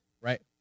right